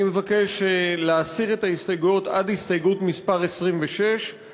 אני קובע כי הסתייגות מס' 2 לסעיף